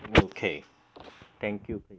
okay thank you